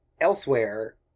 elsewhere